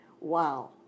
Wow